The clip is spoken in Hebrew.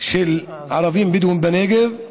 של ערבים בדואים בנגב,